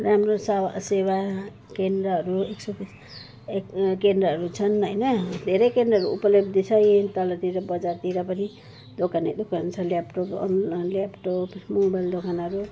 राम्रो सेवा सेवाकेन्द्रहरू एक केन्द्रहरू छन् होइन धेरै केन्द्रहरू उपलब्ध छ यहाँ तलतिर बजारतिर पनि दोकानहरू छ ल्यापटप ल्यापटप मोबाइल दोकानहरू